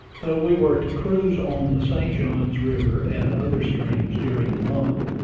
though we were to cruise on the st. johns river and other streams during the month,